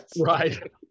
Right